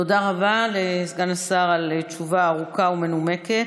תודה רבה לסגן השר על תשובה ארוכה ומנומקת.